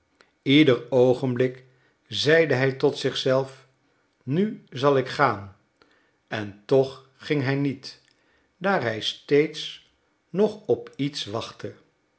ieder oogenblik zeide hij tot zich zelf nu zal ik gaan en toch ging hij niet daar hij steeds nog op iets wachtte